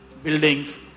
buildings